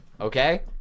Okay